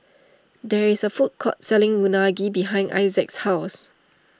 there is a food court selling Unagi behind Issac's house